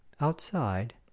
Outside